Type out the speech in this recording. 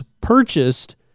purchased